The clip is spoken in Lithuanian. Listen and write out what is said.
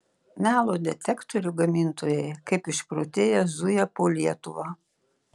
melo detektorių gamintojai kaip išprotėję zuja po lietuvą